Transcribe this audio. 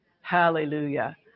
hallelujah